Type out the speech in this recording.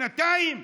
שנתיים?